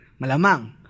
Malamang